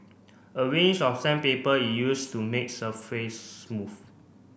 a range of sandpaper is used to make surface smooth